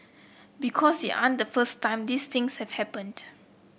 because they aren't the first time these things have happened